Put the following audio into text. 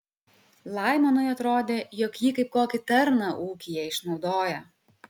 laimonui atrodė jog jį kaip kokį tarną ūkyje išnaudoja